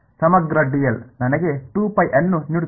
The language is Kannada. ಸಮಗ್ರ ನನಗೆ ಅನ್ನು ನೀಡುತ್ತದೆ